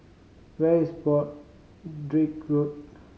where is Broadrick Road